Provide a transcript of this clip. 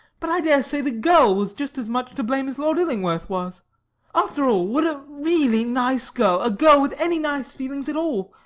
but i dare say the girl was just as much to blame as lord illingworth was after all, would a really nice girl, a girl with any nice feelings at all,